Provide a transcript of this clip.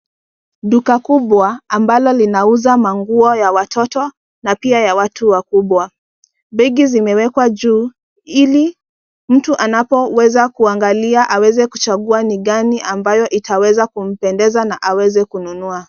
Duka kubwa ambalo linauza manguo ya watoto na pia ya watu wakubwa. Begi zimewekwa juu ili mtu anapoweza kuangalia aweze kuchagua ni gani ambayo itaweza kumpendeza na aweze kununua.